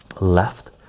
left